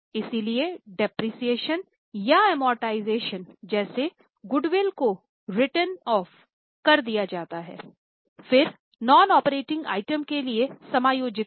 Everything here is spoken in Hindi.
इसलिए डेप्रिसिएशन कर दिया जाता है फिर नॉन ऑपरेटिंग आइटम के लिए समायोजित करें